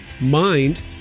mind